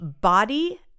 Body